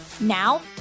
Now